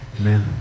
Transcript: amen